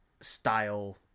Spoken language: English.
style